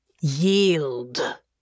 Yield